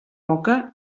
moca